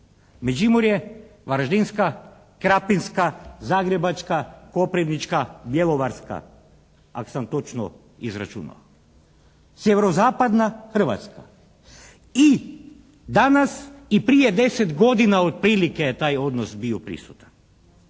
Međimurje, Varaždinska, Krapinska, Zagrebačka, Koprivnička, Bjelovarska, ako sam točno izračunao. Sjeverozapadna Hrvatska i danas i prije 10 godina otprilike je taj odnos bio prisutan.